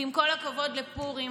ועם כל הכבוד לפורים,